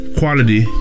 quality